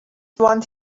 want